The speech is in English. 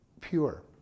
pure